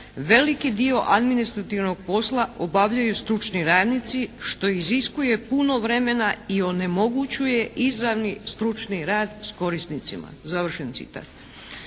veliki dio administrativnog posla obavljaju stručni radnici što iziskuje puno vremena i onemogućuje izravni stručni rad s korisnicima.". Slikovito